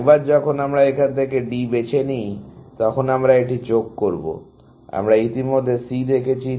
একবার যখন আমরা এখান থেকে D বেছে নেই তখন আমরা এটি যোগ করব আমরা ইতিমধ্যে C দেখেছি